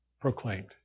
proclaimed